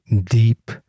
deep